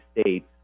states